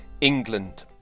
England